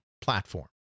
platform